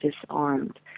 disarmed